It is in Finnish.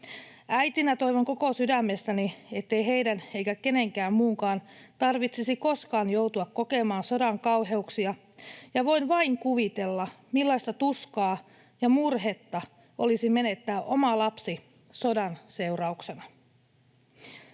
Äitinä toivon koko sydämestäni, ettei heidän eikä kenenkään muunkaan tarvitsisi koskaan joutua kokemaan sodan kauheuksia, ja voin vain kuvitella, millaista tuskaa ja murhetta olisi menettää oma lapsi sodan seurauksena.